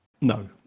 No